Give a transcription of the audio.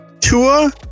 Tua